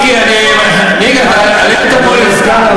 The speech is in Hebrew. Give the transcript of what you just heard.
לא, 72. אתם העליתם אותו.